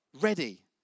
Ready